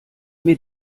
mir